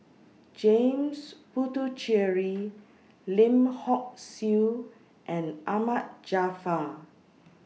James Puthucheary Lim Hock Siew and Ahmad Jaafar